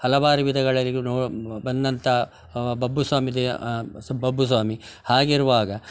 ಹಲವಾರು ವಿಧಗಳ ಬಂದಂಥ ಬಬ್ಬು ಸ್ವಾಮಿ ದೆ ಬಬ್ಬು ಸ್ವಾಮಿ ಹಾಗಿರುವಾಗ